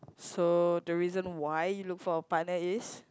so the reason why you look for a partner is